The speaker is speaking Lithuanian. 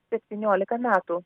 septyniolika metų